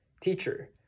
Teacher